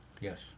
Yes